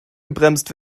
gebremst